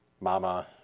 Mama